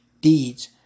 deeds